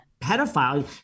pedophile